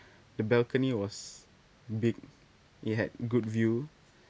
the balcony was big it had good view